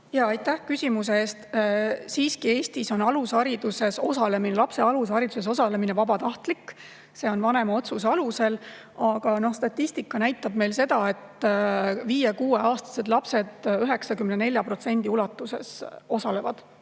Aitäh küsimuse eest! Siiski, Eestis on lapse alushariduses osalemine vabatahtlik, see on vanema otsuse alusel. Aga statistika näitab meil seda, et viie-kuueaastased lapsed 94% ulatuses osalevad